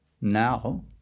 Now